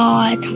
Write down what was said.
God